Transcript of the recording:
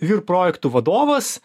vyr projektų vadovas